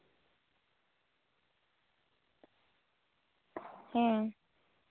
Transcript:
ᱦᱮᱸ